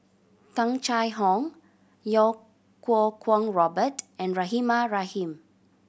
Tung Chye Hong Iau Kuo Kwong Robert and Rahimah Rahim